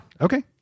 Okay